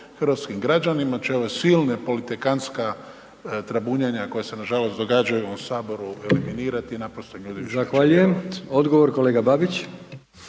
hrvatskim građanima će ova silna politikantska trabunjanja koja se nažalost događaju u ovom saboru eliminirati, naprosto im